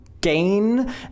gain